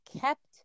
kept